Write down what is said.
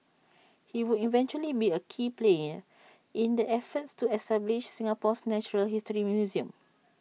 he would eventually be A key player in the efforts to establish Singapore's natural history museum